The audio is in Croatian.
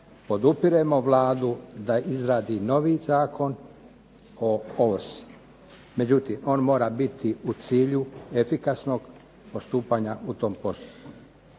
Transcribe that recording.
podupiremo Vladu da izradi novi Zakon o ovrsi, međutim on mora biti u cilju efikasnog postupanja u tom postupku.